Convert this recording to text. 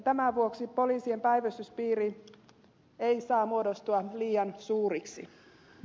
tämän vuoksi poliisien päivystyspiirit eivät saa muodostua liian suuriksi